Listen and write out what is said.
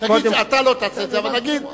כי אתה לא תעשה את זה, אבל נגיד שהוא כן.